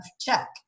check